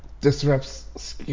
disrupts